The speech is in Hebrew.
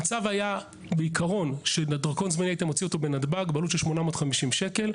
המצב היה שדרכון זמני היית מוציא בנתב"ג בעלות של 850 שקל,